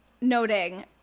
noting